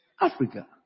Africa